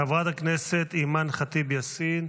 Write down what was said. חברת הכנסת אימאן ח'טיב יאסין,